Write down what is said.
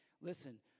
listen